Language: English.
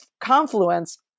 confluence